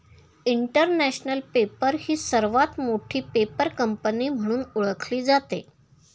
international Paper ही सर्वात मोठी पेपर कंपनी म्हणून ओळखली जाते